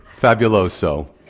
Fabuloso